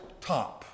top